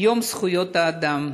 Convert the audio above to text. יום זכויות האדם,